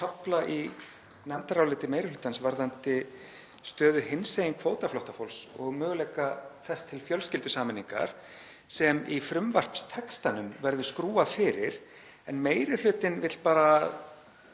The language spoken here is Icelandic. spyrja út í kafla í nefndaráliti meiri hlutans varðandi stöðu hinsegin kvótaflóttafólks og möguleika þess til fjölskyldusameiningar, sem í frumvarpstextanum segir að verði skrúfað fyrir, en meiri hlutinn vill bara